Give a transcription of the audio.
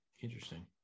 interesting